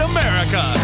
America